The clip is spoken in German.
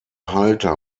halter